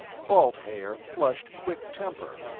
balt haer flushed quick temper.